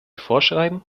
vorschreiben